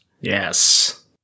Yes